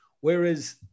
Whereas